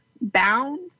bound